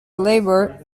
labour